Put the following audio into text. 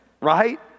right